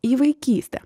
į vaikystę